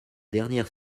dernière